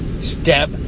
step